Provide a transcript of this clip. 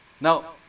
Now